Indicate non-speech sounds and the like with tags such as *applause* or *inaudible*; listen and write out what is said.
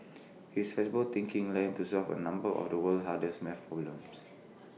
*noise* his flexible thinking led him to solve A number of the world's hardest math problems